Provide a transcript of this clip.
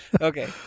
Okay